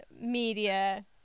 media